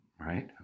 right